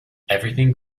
everything